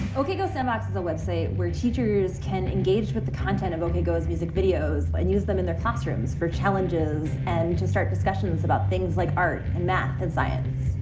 okay go sandbox is a website where teachers can engage with the content of ok go's music videos, but and use them in their classrooms for challenges, and to start discussions about things like art, and math, and science.